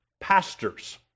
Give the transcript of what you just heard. pastors